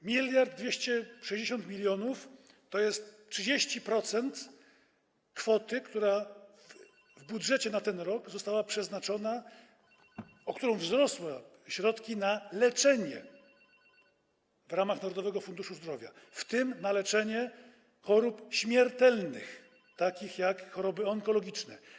1260 mln zł to jest 30% kwoty, która w budżecie na ten rok została przeznaczona... to kwota, o którą wzrosły środki na leczenie w ramach Narodowego Funduszu Zdrowia, w tym na leczenie chorób śmiertelnych takich jak choroby onkologiczne.